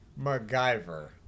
MacGyver